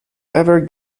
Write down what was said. ever